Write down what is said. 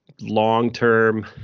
long-term